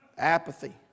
Apathy